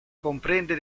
comprende